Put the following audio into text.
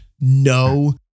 no